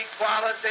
equality